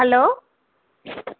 hello